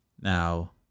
Now